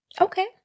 Okay